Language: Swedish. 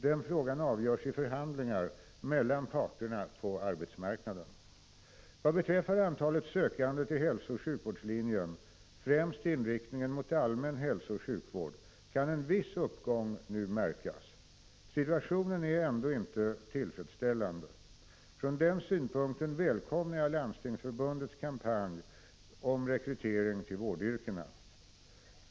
Den frågan avgörs i förhandlingar mellan parterna på arbetsmarknaden. Vad beträffar antalet sökande till hälsooch sjukvårdslinjen, främst inriktningen mot allmän hälsooch sjukvård, kan en viss uppgång nu märkas. Situationen är ändå inte tillfredsställande. Från denna synpunkt välkomnar jag Landstingsförbundets kampanj angående rekrytering till vårdyrkena.